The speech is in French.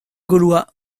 gaulois